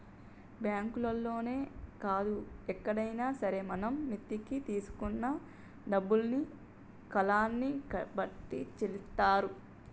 బ్యాంకుల్లోనే కాదు ఎక్కడైనా సరే మనం మిత్తికి తీసుకున్న డబ్బుల్ని కాలాన్ని బట్టి చెల్లిత్తారు